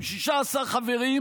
עם 16 חברים,